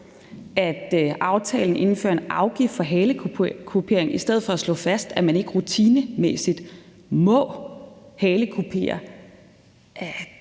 at aftalen indfører en afgift for halekupering i stedet for at slå fast, at man ikke rutinemæssigt må halekupere,